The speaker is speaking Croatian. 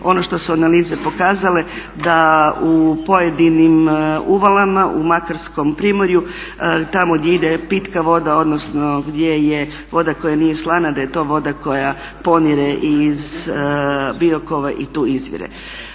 ono što su nam iza pokazale da u pojedinim uvjetima u Makarskom primorju tamo gdje ide pitka voda odnosno gdje je voda koja nije slana da je to voda koja ponire iz Biokova i tu izvire.